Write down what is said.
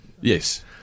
Yes